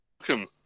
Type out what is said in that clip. Welcome